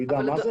הוא ידע מה זה?